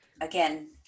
Again